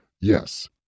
yes